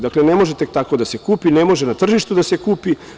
Dakle, ne može tek tako da se kupi, ne može na tržištu da se kupi.